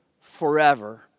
forever